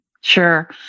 Sure